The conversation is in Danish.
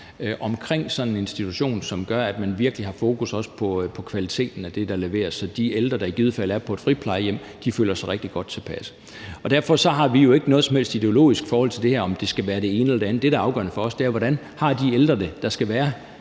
omkring sådan en institution, som gør, at man virkelig har fokus også på kvaliteten af det, der leveres, sådan at de ældre, der i givet fald er på et friplejehjem, føler sig rigtig godt tilpas. Derfor har vi jo ikke noget som helst ideologisk forhold til, om det skal være det ene eller det andet. Det, der er afgørende for os, er, hvordan de ældre har det; altså